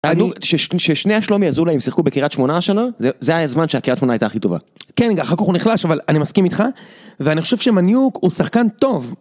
ששני השלומי אזולאיים, שיחקו בקירת שמונה השנה, זה היה הזמן שהקירת שמונה הייתה הכי טובה. כן, אחר כך הוא נחלש, אבל אני מסכים איתך, ואני חושב שמניוק הוא שחקן טוב.